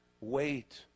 Wait